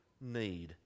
need